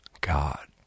God